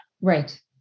Right